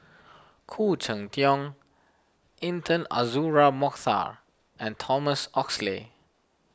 Khoo Cheng Tiong Intan Azura Mokhtar and Thomas Oxley